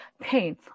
pain